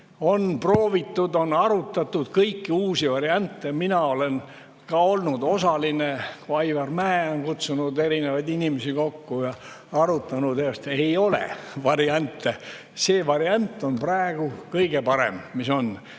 On proovitud, on arutatud kõiki uusi variante. Mina olen ka olnud osaline, Aivar Mäe on kutsunud kõiksugu inimesi kokku ja seda arutanud. Ei ole variante. Praegune variant on kõige parem, mis on.